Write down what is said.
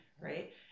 right